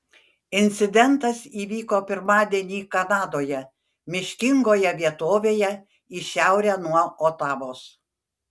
incidentas įvyko pirmadienį kanadoje miškingoje vietovėje į šiaurę nuo otavos